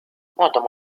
معظم